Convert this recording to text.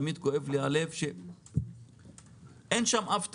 תמיד כואב לי הלב שאין שם אף תכנית.